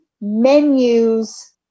menus